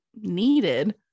needed